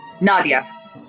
Nadia